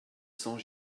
cents